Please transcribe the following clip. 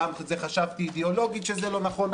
פעם חשבתי אידאולוגית שזה לא נכון,